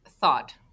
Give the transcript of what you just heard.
thought